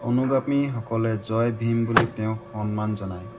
অনুগামীসকলে জয় ভীম বুলি তেওঁক সন্মান জনায়